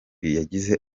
yagize